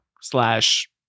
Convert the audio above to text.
slash